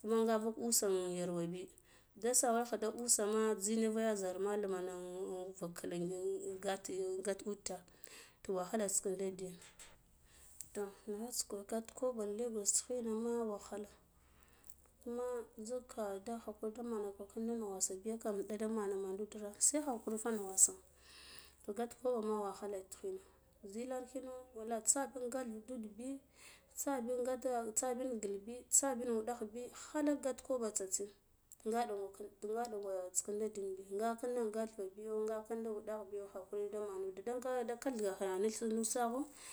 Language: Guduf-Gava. kuma nga vuk usah yawa bi da sawallcha da usama jzi nuf ya zara mdamana in kula in gata utah toh wahalats kinda da yane toh naghats ka gat koɓo in lagos kinama wahala kume zikke kinda da men khakuri ndimaka kinda ya nnugwasa biya kam da wuɗe da mana mana udra se hakurifa nugwaso toh gat koɓoma wahala tighina zilar kino wallahi tsaka njen ga ɗubi tsabi gata tsabin gilbi tsabin gilbi tsabin wuɗegh bi halale gat koɓo tsatsin nga ɗangwa kin nga ɗangwata kinda diyan nga ƙinda in gatu galu bi yo nga kinda wudagha biyo hakuri na manad vila ndaka kath gaha nu nusaho.